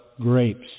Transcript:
grapes